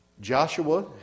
Joshua